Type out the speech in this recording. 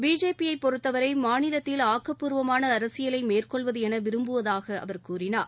பிஜேபியை பொறுத்தவரை மாநிலத்தில் ஆக்கப்பூர்வமான அரசியலை மேற்கொள்வது என விரும்புவதாக அவர் கூறினார்